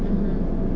mmhmm